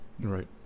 Right